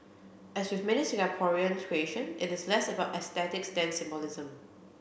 as with many Singaporean creation it is less about aesthetics than symbolism